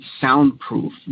soundproof